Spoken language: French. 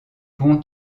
pond